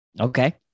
Okay